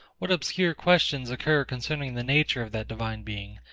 what obscure questions occur concerning the nature of that divine being,